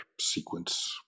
sequence